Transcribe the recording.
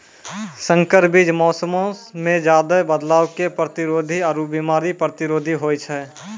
संकर बीज मौसमो मे ज्यादे बदलाव के प्रतिरोधी आरु बिमारी प्रतिरोधी होय छै